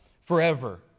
forever